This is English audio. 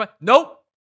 Nope